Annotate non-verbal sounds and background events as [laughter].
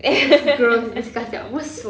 [laughs]